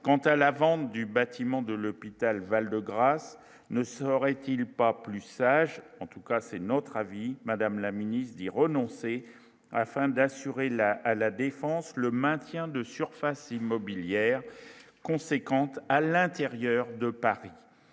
quant à la vente du bâtiment de l'Epita le Val-de-Grâce, ne serait-il pas plus sage, en tout cas c'est notre avis madame la ministre dit renoncer afin d'assurer la à la Défense, le maintien de surface immobilière conséquentes à l'intérieur de Paris